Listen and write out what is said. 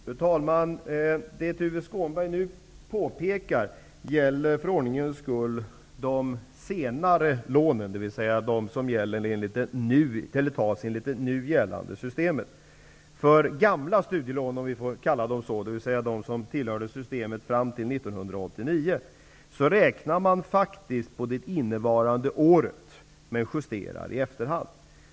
Fru talman! Det Tuve Skånberg nu påpekar gäller, för ordningens skull, de senare lånen, dvs. de lån som tas enligt det nu gällande systemet. För ''gamla'' studielån, om vi får kalla dem så, dvs. de lån som togs med det system som gällde fram till 1989 räknar man faktiskt på det innevarande året, men man justerar i efterhand.